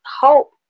hope